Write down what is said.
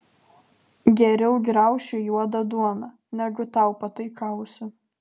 geriau graušiu juodą duoną negu tau pataikausiu